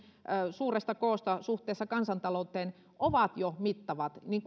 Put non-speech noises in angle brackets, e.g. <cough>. suuresta koosta suhteessa kansantalouteen ovat jo mittavat niin <unintelligible>